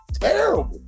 Terrible